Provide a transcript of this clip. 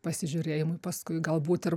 pasižiūrėjimui paskui galbūt ir